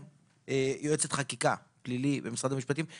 יועצת חקיקה פלילי במשרד המשפטים.